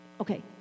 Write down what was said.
okay